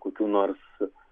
kokių nors